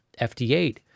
FD8